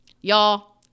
Y'all